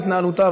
התנהלותה,